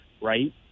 right